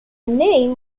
name